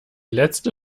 letzte